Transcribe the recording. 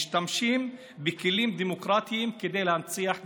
משתמשים בכלים דמוקרטיים כדי להנציח דיקטטורה,